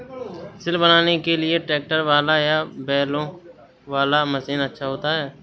सिल बनाने के लिए ट्रैक्टर वाला या बैलों वाला मशीन अच्छा होता है?